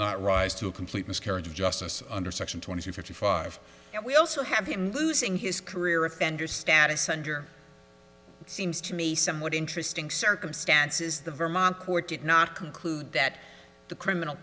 not rise to a complete miscarriage of justice under section two hundred fifty five and we also have him losing his career offender status under it seems to me somewhat interesting circumstances the vermont court did not conclude that the criminal